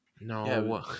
No